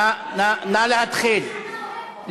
נא להתחיל.